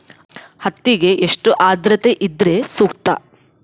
ಹತ್ತಿಗೆ ಎಷ್ಟು ಆದ್ರತೆ ಇದ್ರೆ ಸೂಕ್ತ?